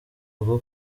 rwo